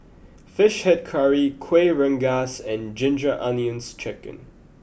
Fish Head Curry Kuih Rengas and Ginger Onions Chicken